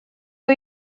это